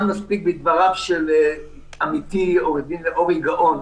מספיק בדבריו של עמיתי עו"ד אורי גאון.